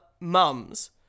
mums